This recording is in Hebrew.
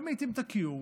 גם לעיתים את הכיעור